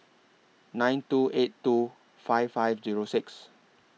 nine two eight two five five Zero six